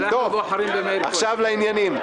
עכשיו לעניינים.